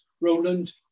Roland